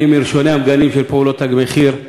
אני מראשוני המגנים של פעולות "תג מחיר";